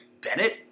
Bennett